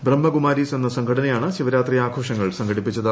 ബ്രഹ്മകുമാരീസ് എന്ന സംഘടനയാണ് ശിവരാത്രി ആഘോഷങ്ങൾ സംഘടിപ്പിച്ചത്